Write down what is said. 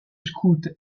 scout